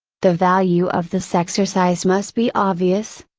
the value of this exercise must be obvious,